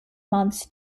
months